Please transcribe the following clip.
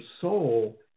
soul